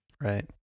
Right